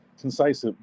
concise